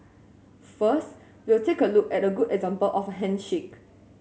first we'll take a look at a good example of handshake